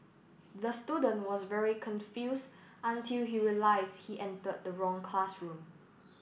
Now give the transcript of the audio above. the student was very confused until he realised he entered the wrong classroom